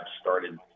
started